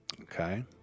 okay